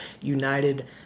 united